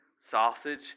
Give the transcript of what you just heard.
sausage